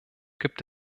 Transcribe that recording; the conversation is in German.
gibt